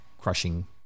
crushing